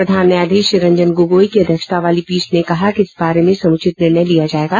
प्रधान न्यायाधीश रंजन गोगोई की अध्यक्षता वाली पीठ ने कहा कि इस बारे में समूचित निर्णय लिया जाएगा